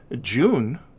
June